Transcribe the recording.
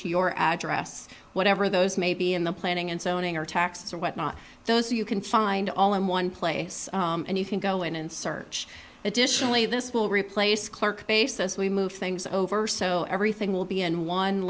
to your address whatever those may be in the planning and zoning or tax or whatnot those you can find all in one place and you can go in and search additionally this will replace clerk basis we move things over so everything will be in one